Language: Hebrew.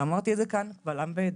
גם אמרתי את זה כאן קבל עם ועדה,